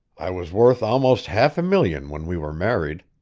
i was worth almost half a million when we were married.